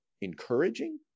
encouraging